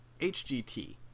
hgt